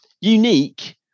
unique